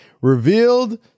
revealed